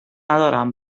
ندارم